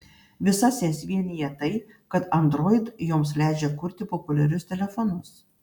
visas jas vienija tai kad android joms leidžia kurti populiarius telefonus